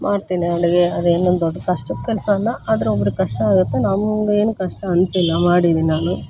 ಮಾಡ್ತೀನಿ ಅಡುಗೆ ಅದೇನೂ ದೊಡ್ಡ ಕಷ್ಟದ ಕೆಲಸ ಅಲ್ಲ ಆದರೆ ಒಬ್ರಿಗೆ ಕಷ್ಟ ಆಗುತ್ತೆ ನನಗೇನೂ ಕಷ್ಟ ಅನಿಸಿಲ್ಲ ಮಾಡಿದ್ದೀನಿ ನಾನು